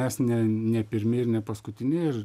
mes ne ne pirmi ir ne paskutiniai ir